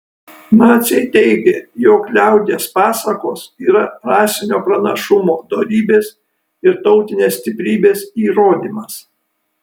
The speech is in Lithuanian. naciai teigė jog liaudies pasakos yra rasinio pranašumo dorybės ir tautinės stiprybės įrodymas